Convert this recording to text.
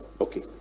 okay